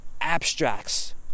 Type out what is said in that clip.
abstracts